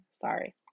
Sorry